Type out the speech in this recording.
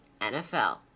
NFL